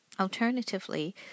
Alternatively